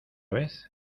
vez